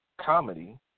comedy